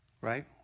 right